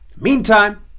meantime